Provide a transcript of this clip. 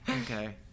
Okay